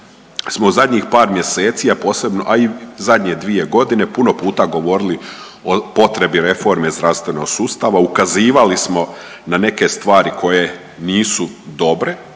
smo zadnjih par mjeseci, a posebno, a i zadnje 2 godine puno puta govorili o potrebi reforme zdravstvenog sustava. Ukazivali smo na neke stvari koje nisu dobre,